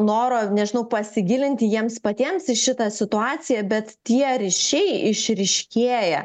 noro nežinau pasigilinti jiems patiems į šitą situaciją bet tie ryšiai išryškėja